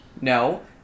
No